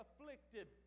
afflicted